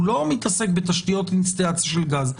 הוא לא מתעסק בתשתיות אינסטלציה של גז.